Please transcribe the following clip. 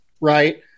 right